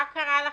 מה קרה לכם?